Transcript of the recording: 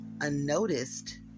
unnoticed